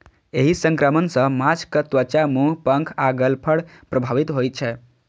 एहि संक्रमण सं माछक त्वचा, मुंह, पंख आ गलफड़ प्रभावित होइ छै